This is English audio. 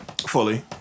fully